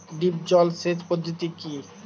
Drip জল সেচ পদ্ধতি কি?